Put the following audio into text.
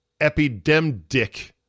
epidemic